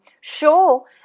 show